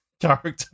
character